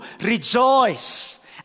rejoice